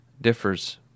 differs